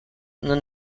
non